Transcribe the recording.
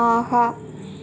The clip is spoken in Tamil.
ஆஹா